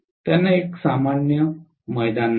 त्यांना एक सामान्य मैदान नाही